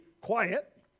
quiet